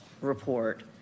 report